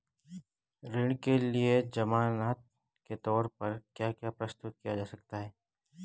ऋण के लिए ज़मानात के तोर पर क्या क्या प्रस्तुत किया जा सकता है?